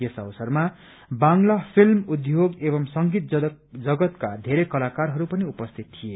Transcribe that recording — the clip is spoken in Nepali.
यस अवसरमा बंगला फिल्म उद्योग एवं संगीत जगतका धेरै कलाकारहरू पनि उपस्थित थिए